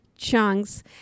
Chunks